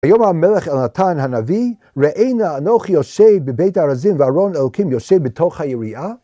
ויאמר המלך אלנתן הנביא, "ראה נא אנוכי יושב בבית הארזים, וארון אלוקים יושב בתוך היריעה"